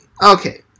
Okay